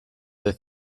the